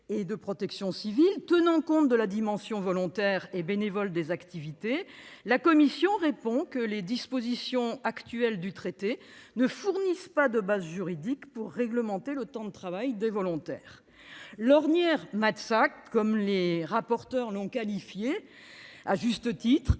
et de protection civile, tenant compte de la dimension volontaire et bénévole des activités, la Commission européenne répond que les dispositions actuelles du traité ne fournissent pas de base juridique pour réglementer le temps de travail des volontaires. L'« ornière », comme les rapporteurs la qualifient à juste titre,